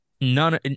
none